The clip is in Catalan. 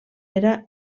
era